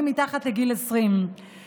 שמית, לפי בקשת 20 חברי כנסת.